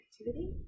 activity